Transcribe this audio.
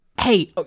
Hey